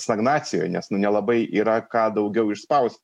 stagnacijoj nes nu nelabai yra ką daugiau išspaus